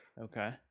Okay